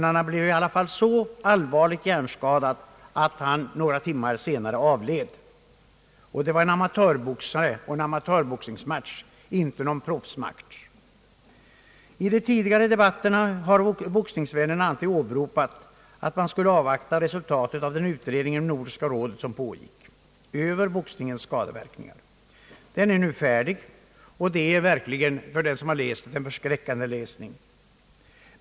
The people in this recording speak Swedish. Han blev i alla fall så hjärnskadad, att han några timmar senare avled. Och det gällde en amatörboxare och en amatörmatch, inte någon proffsmatch. I de tidigare debatterna har boxningsvännerna alltid åberopat, att man skulle avvakta resultatet av den utredning, som pågick inom Nordiska rådet över boxningens skadeverkningar. Den utredningen har nu blivit färdig, och det är verkligen en förskräckande läsning.